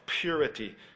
purity